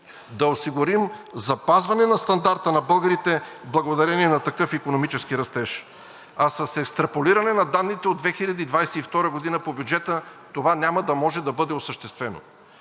да осигурим запазване на стандарта на българите благодарение на такъв икономически растеж. А с екстраполиране на данните от 2022 г. по бюджета това няма да може да бъде осъществено.